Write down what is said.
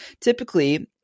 typically